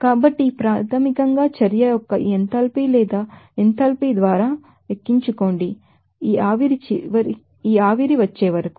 కాబట్టి ఇది ప్రాథమికంగా చర్య యొక్క ఈ ఎంథాల్పీ లేదా ఎంథాల్పీ ద్వారా ఎంచుకోండి మరియు ఈ ఆవిరి వచ్చేవరకు